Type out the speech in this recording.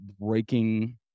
breaking